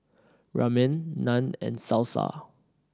Ramen Naan and Salsa